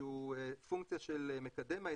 שהוא פונקציה של מקדם ההיטל.